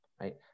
right